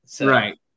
Right